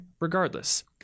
regardless